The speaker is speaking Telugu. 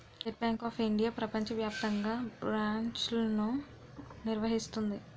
స్టేట్ బ్యాంక్ ఆఫ్ ఇండియా ప్రపంచ వ్యాప్తంగా బ్రాంచ్లను నిర్వహిస్తుంది